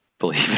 Believe